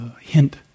hint